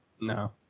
No